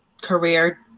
career